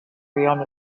beyond